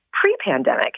pre-pandemic